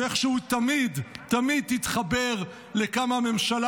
שאיכשהו תמיד תמיד תתחבר לכמה הממשלה